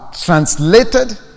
translated